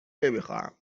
نمیخواهم